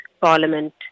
Parliament